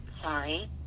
Sorry